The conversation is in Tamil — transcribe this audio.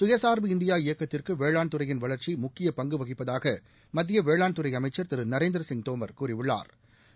சுயசார்பு இந்தியா இயக்கத்திற்கு வேளாண் துறையின் வளர்ச்சி முக்கிய பங்கு வகிப்பதாக மத்திய வேளாண்துறை அமைச்சா் திரு நரேந்திரசிங் தோமர் கூறியுள்ளாா்